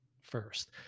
first